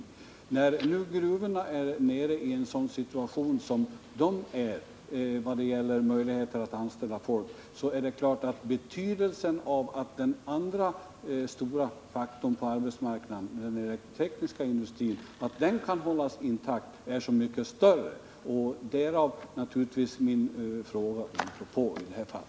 Med hänsyn till gruvornas nuvarande situation vad det gäller möjligheterna att sysselsätta folk är det klart att betydelsen av att den andra stora faktorn på arbetsmarknaden, den elektrotekniska industrin, kan hållas intakt är mycket stor. Och det är naturligtvis orsaken till min fråga i detta fall.